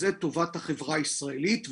זאת טובת החברה הישראלית.